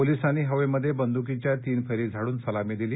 पोलिसांनी हवेमध्ये बंद्कीच्या तीन फैरी झाडून सलामी दिली